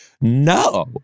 No